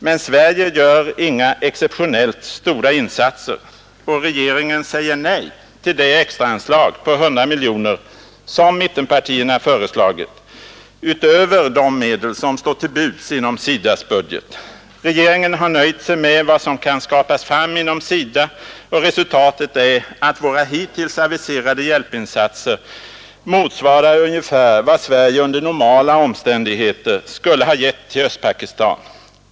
Men Sverige gör inga exceptionellt stora insatser, och regeringen säger nej till det extraanslag på 100 miljoner kronor som mittenpartierna föreslagit — utöver de medel som står till buds inom SIDA :s budget. Regeringen har nöjt sig med vad som kan skrapas fram inom SIDA, och resultatet är att våra hittills aviserade hjälpinsatser motsvarar ungefär vad Sverige under normala omständigheter skulle ha givit till Östpakistan.